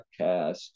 podcast